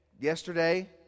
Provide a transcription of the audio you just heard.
yesterday